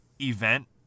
event